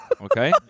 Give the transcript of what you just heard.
Okay